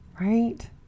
right